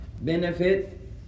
Benefit